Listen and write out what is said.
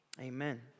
Amen